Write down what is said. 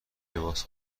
لباس